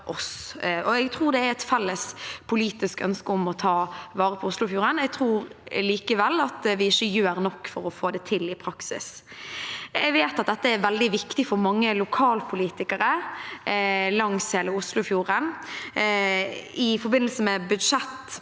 Jeg tror det er et felles politisk ønske om å ta vare på Oslofjorden, men jeg tror likevel vi ikke gjør nok for å få det til i praksis. Jeg vet at dette er veldig viktig for mange lokalpolitikere langs hele Oslofjorden. I forbindelse med